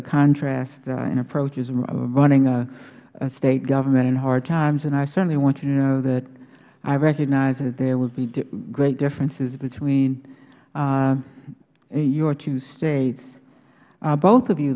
a contrast in approaches running a state government in hard times and i certainly want you to know that i recognize that there would be great differences between your two states both of you